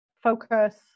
focus